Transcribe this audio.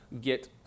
get